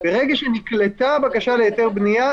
ברגע שנקלטה הבקשה להיתר בנייה,